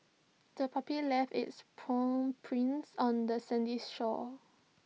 the puppy left its paw prints on the sandy shore